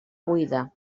buida